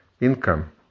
income